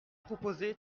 proposé